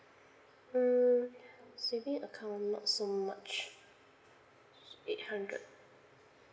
hmm savings account not so much eight hundred